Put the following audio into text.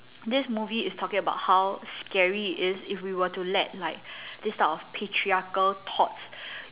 this movie is talking about how scary it is if we were to let like these type of patriarchal thoughts